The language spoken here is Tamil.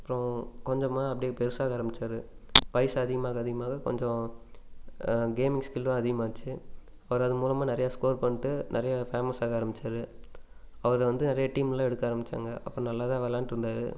அப்புறோம் கொஞ்சமாக அப்படியே பெருசாக ஆரம்பிச்சார் வயசு அதிகமாக அதிகமாக கொஞ்சம் கேமிங் ஸ்கில்ளும் அதிகமாச்சு அவர் அது மூலமாக நிறையா ஸ்கோர் பண்ணிட்டு நிறையா ஃபேமஸ் ஆக ஆரம்பிச்சார் அவரை வந்து நிறையா டீம்மில் எடுக்க ஆரம்பிச்சாங்க அப்போ நல்லா தான் விளையாண்ட்டு இருந்தார்